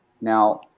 Now